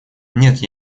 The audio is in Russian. нет